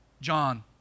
John